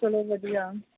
ਚਲੋ ਵਧੀਆ